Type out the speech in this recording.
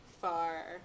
far